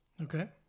Okay